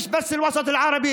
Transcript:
לא רק למגזר הערבי